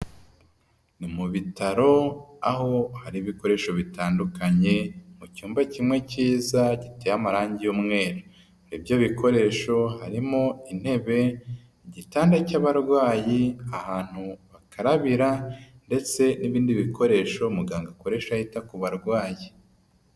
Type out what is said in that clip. Ni mu bitaro aho hari ibikoresho bitandukanye mu cyumba kimwe kiza giteye amarangi y'umweru, ibyo bikoresho harimo intebe, igitanda cy'abarwayi, ahantu bakarabira, ndetse n'ibindi bikoresho muganga akoresha yitar ku barwayi.